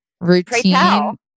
Routine